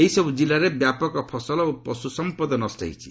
ଏହିସବୁ ଜିଲ୍ଲାରେ ବ୍ୟାପକ ଫସଲ ଓ ପଶୁସମ୍ପଦ ନଷ୍ଟ ହୋଇଛି